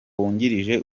wungirije